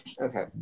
Okay